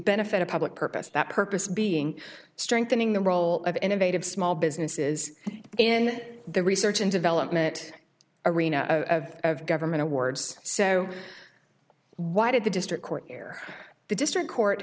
benefit a public purpose that purpose being strengthening the role of innovative small businesses and the research and development arena of government awards so why did the district court here the district court